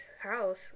house